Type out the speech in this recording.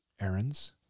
errands